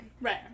Right